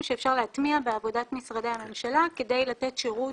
שאפשר להטמיע בעבודת משרדי הממשלה כדי לתת שירות,